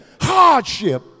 hardship